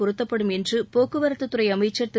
பொருக்கப்படும் என்றுபோக்குவரத்துத் துறை அமைச்சர் திரு